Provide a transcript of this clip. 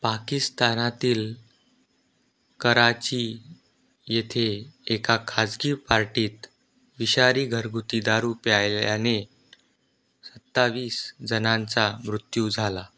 पाकिस्तानातील कराची येथे एका खाजगी पार्टीत विषारी घरगुती दारू प्यायल्याने सत्तावीस जणांचा मृत्यू झाला